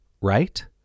right